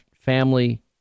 family